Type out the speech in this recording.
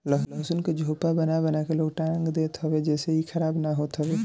लहसुन के झोपा बना बना के लोग टांग देत हवे जेसे इ खराब ना होत हवे